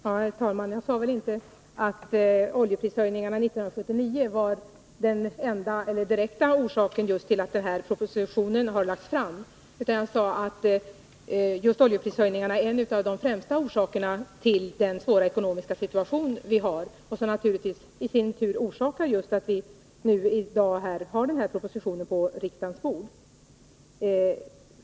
Herr talman! Jag sade väl inte att oljeprishöjningarna 1979 var den direkta orsaken till att denna proposition lades fram. Vad jag sade var att oljeprishöjningarna är en av de främsta orsakerna till den svåra ekonomiska situation vi har — och som naturligtvis i sin tur orsakar att vi i dag har den här propositionen på riksdagens bord.